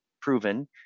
proven